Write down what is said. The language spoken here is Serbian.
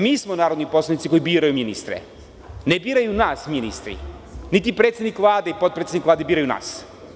Mi smo narodni poslanici koji biraju ministre, ne biraju nas ministri, niti predsedik Vlade i potpredsednik Vlade biraju nas.